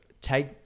take